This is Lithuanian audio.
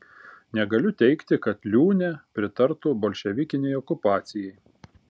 negaliu teigti kad liūnė pritartų bolševikinei okupacijai